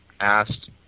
asked